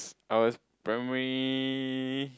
ours primary